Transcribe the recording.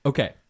Okay